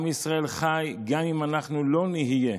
עם ישראל חי גם אם אנחנו לא נהיה.